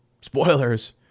spoilers